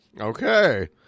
Okay